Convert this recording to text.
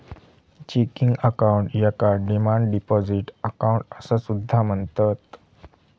checking account याका demand deposit account असा सुद्धा म्हणतत